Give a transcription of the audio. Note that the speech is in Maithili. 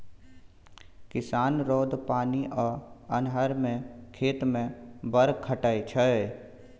किसान रौद, पानि आ अन्हर मे खेत मे बड़ खटय छै